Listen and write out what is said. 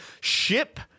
ship